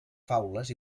faules